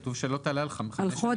כתוב שלא תעלה על חמש שנים.